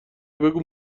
بگو